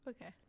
Okay